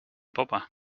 popa